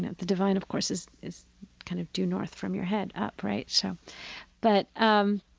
the divine, of course, is is kind of due north from your head, upright. so but um